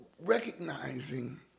Recognizing